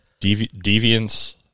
Deviance